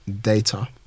data